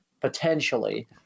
potentially